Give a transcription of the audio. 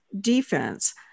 defense